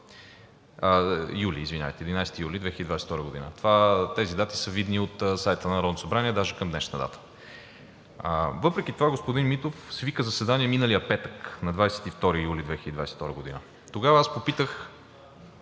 11 май – 11 юли 2022 г. Тези дати са видни от сайта на Народното събрание даже към днешна дата. Въпреки това господин Митов свика заседание миналия петък, на 22 юли 2022 г. Тогава попитах